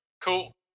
cool